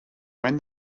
when